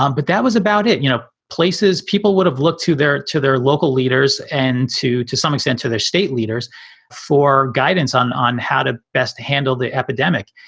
um but that was about it. you know, places people would have looked to their to their local leaders and to to some extent to their state leaders for guidance on on how to best handle the epidemic.